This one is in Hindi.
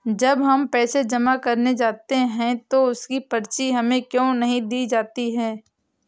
जब हम पैसे जमा करने जाते हैं तो उसकी पर्ची हमें क्यो नहीं दी जाती है?